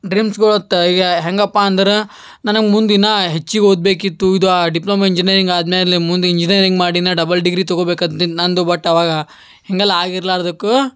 ಡ್ರೀಮ್ಸ್ಗಳತ್ತ ಈಗ ಹೇಗಪ್ಪ ಅಂದರೆ ನನಗೆ ಮುಂದೆ ಇನ್ನೂ ಹೆಚ್ಚಿಗೆ ಓದಬೇಕಿತ್ತು ಇದು ಆ ಡಿಪ್ಲೊಮ ಇಂಜಿನಿಯರಿಂಗ್ ಆದ ಮೇಲೆ ಮುಂದೆ ಇಂಜಿನೀರಿಂಗ್ ಮಾಡಿ ನಾನು ಡಬಲ್ ಡಿಗ್ರಿ ತೊಗೊಬೇಕು ಅಂತಿತ್ತು ನನ್ನದು ಬಟ್ ಅವಾಗ ಹೀಗೆಲ್ಲ ಆಗಿರಲಾರ್ದಕ್ಕೂ